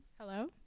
hello